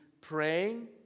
praying